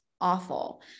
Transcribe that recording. awful